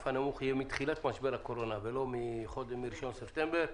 הנמוך יהיה מתחילת משבר הקורונה ולא מ-1 בספטמבר.